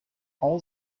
all